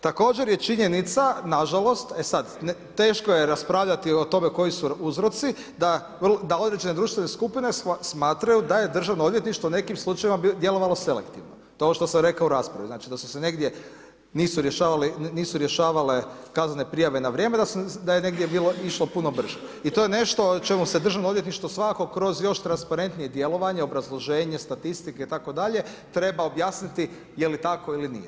Također je činjenica, nažalost, e sad, teško je raspravljati o tome koji su uzroci, da određene društvene skupine smatraju da je državno odvjetništvo u nekim slučajevima djelovalo selektivno, to ovo što sam rekao u raspravi, da su se negdje nisu rješavale kaznene prijave na vrijeme, da je negdje išlo puno brže i to je nešto čemu se državno odvjetništvo kroz još transparentnije djelovanje, obrazloženje, statistike itd. treba objasniti je li tako ili nije.